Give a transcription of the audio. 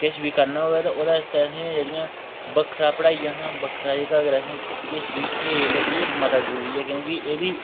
किश बी करना होऐ तां ओह्दे आस्तै एह् जेह्ड़ियां बक्खरा पढ़ाइया कशा बक्खरा जेह्का अगर असें किश बी खेल एह् मता जरूरी क्योंकि एह्दी